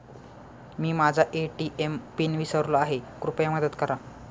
मी माझा ATM PIN विसरलो आहे, कृपया मदत करा